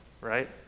right